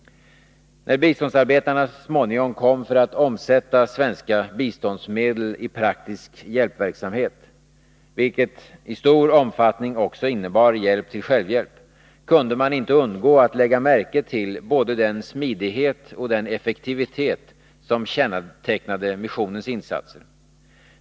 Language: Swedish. När biståndsarbetarna småningom kom för att omsätta svenska biståndsmedel i praktisk hjälpverksamhet — vilket i stor omfattning också innebar hjälp till självhjälp — kunde man inte undgå att lägga märke till både den smidighet och den effektivitet som kännetecknade missionens insatser.